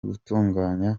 gutunganya